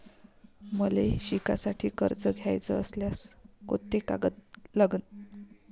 मले शिकासाठी कर्ज घ्याचं असल्यास कोंते कागद लागन?